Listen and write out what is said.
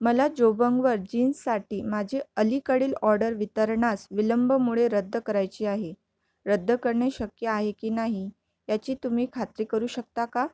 मला जोबंगवर जीन्ससाठी माझी अलीकडील ऑर्डर वितरणास विलंबमुळे रद्द करायची आहे रद्द करणे शक्य आहे की नाही याची तुम्ही खात्री करू शकता का